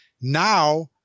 Now